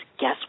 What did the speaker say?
guess